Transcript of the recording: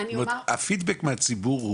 זאת אומרת הפידבק מהציבור,